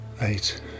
eight